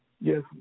Yes